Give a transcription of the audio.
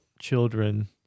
children